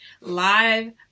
live